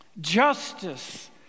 Justice